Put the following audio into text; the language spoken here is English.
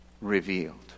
revealed